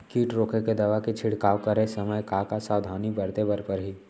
किट रोके के दवा के छिड़काव करे समय, का का सावधानी बरते बर परही?